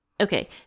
Okay